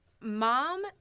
mom